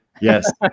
Yes